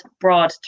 broad